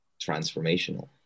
transformational